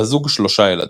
לזוג שלושה ילדים.